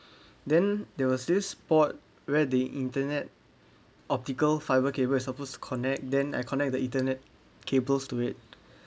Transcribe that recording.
then there was this board where the internet optical fiber cable is supposed to connect then I connect the ethernet cables to it